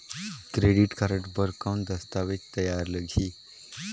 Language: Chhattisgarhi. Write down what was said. क्रेडिट कारड बर कौन दस्तावेज तैयार लगही?